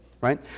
right